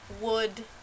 wood